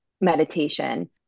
Meditation